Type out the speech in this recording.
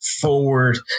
forward